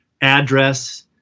address